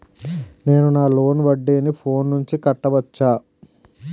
నేను నా లోన్ వడ్డీని ఫోన్ నుంచి కట్టవచ్చా?